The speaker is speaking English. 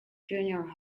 junior